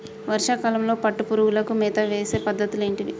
వర్షా కాలంలో పట్టు పురుగులకు మేత వేసే పద్ధతులు ఏంటివి?